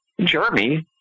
Jeremy